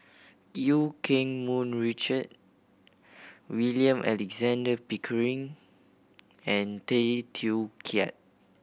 Eu Keng Mun Richard William Alexander Pickering and Tay Teow Kiat